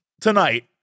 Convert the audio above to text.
tonight